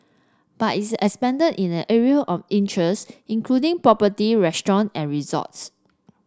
but it expanded in an array of interests including property restaurant and resorts